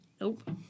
Nope